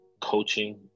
coaching